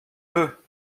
peu